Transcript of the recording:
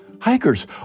Hikers